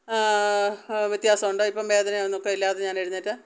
വ്യത്യാസമുണ്ട് ഇപ്പം വേദനയൊന്നും ഒക്കെയില്ലാതെ ഞാന് എഴുന്നേറ്റ്